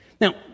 Now